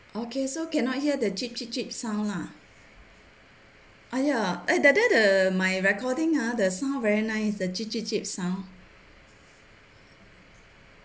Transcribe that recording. okay so cannot hear the chip chip chip sound lah !aiya! eh that day the my recording ah the sound very nice the chip chip chip sound